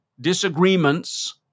disagreements